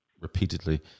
repeatedly